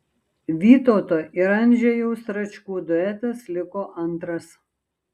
vytauto ir andžejaus račkų duetas liko antras